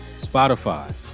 Spotify